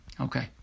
Okay